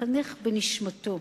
מחנך בנשמתו,